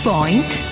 Point